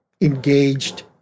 engaged